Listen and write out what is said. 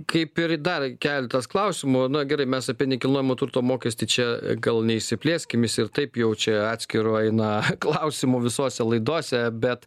kaip ir dar keletas klausimų na gerai mes apie nekilnojamo turto mokestį čia gal neišsiplėskim jis ir taip jau čia atskiru eina klausimų visose laidose bet